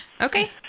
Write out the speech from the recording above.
Okay